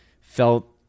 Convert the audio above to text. felt